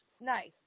nice